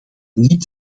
niet